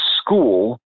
school